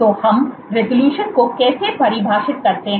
तो हम resolution को कैसे परिभाषित करते हैं